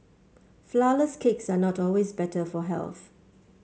flourless cakes are not always better for health